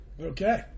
Okay